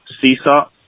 seesaw